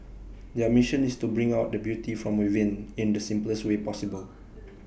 their mission is to bring out the beauty from within in the simplest way possible